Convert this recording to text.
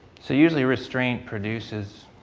so usually restraint produces